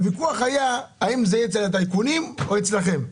הוויכוח היה האם זה יהיה אצל הטייקונים או אצלכם.